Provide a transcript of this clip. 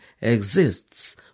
exists